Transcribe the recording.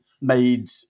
made